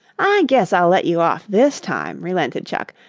i guess i'll let you off this time, relented chuck,